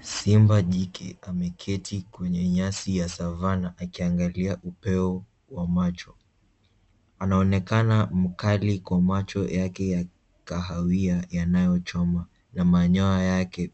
Simba jike ameketi kwenye nyasi ya savannah akiangalia upeo wa macho. Anaonekana mkali kwa macho yake ya kahawia yanayochoma na manyoya yake